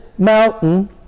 mountain